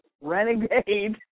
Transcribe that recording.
renegade